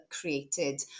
created